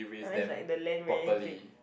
but then is like the land very thick